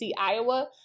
Iowa